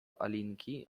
alinki